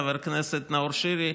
חבר הכנסת נאור שירי,